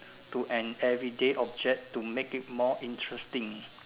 to an everyday object to make it more interesting